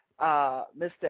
Mr